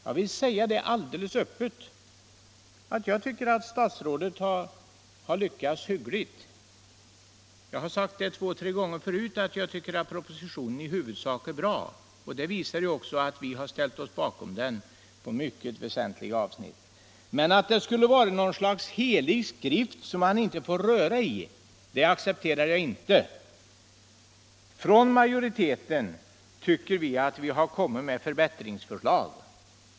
Jag vill säga alldeles öppet att jag tycker att herr statsrådet har lyckats hyggligt. Jag har sagt två eller tre gånger förut att jag tycker att propositionen i huvudsak är bra, och det visar sig i att vi har ställt oss bakom den på mycket väsentliga avsnitt. Men att den skulle vara något slags helig skrift som man inte får röra i accepterar jag inte. Vi från majoriteten tycker att vi har kommit med förbättringsförslag.